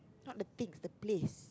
not the pig the place